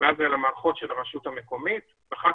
ואז זה למערכות של הרשות המקומית ואחר